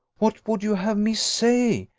what would you have me say?